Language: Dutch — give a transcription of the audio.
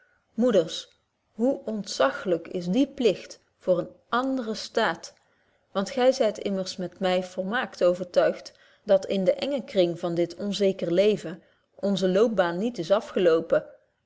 moeders hoe ontzachlyk is die pligt voor eenen anderen staat want gy zyt immers met my volmaakt overtuigt dat in den engen kring van dit onzeker leven onze loopbaan niet is afgelopen